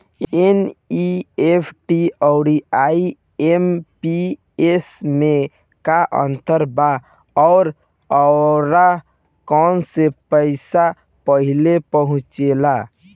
NEFT आउर IMPS मे का अंतर बा और आउर कौना से पैसा पहिले पहुंचेला?